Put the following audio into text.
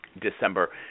December